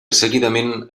seguidament